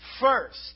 first